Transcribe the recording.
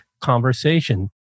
conversation